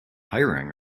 hiring